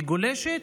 היא גולשת,